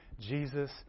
Jesus